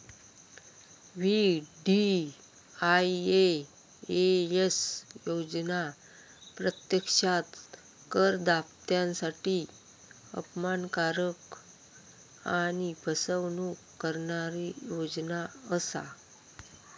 VDIS योजना प्रत्यक्षात करदात्यांसाठी अपमानकारक आणि फसवणूक करणारी योजना असा